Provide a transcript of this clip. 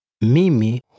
Mimi